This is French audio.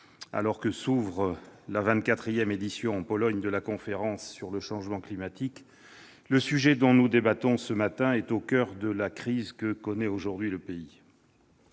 la vingt-quatrième édition, en Pologne, de la Conférence sur le changement climatique, le sujet dont nous débattons est au coeur de la crise que connaît aujourd'hui le pays.